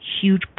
huge